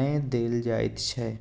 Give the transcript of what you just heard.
नै देल जाइत छै